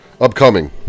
upcoming